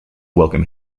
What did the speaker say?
welcome